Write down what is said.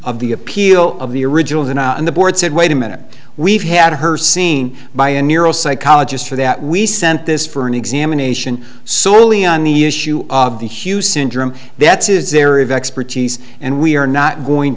of the appeal of the originals and on the board said wait a minute we've had her seen by a neuro psychologist for that we sent this for an examination solely on the issue of the hue syndrome that's is there of expertise and we are not going